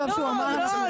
הורדתם את זה.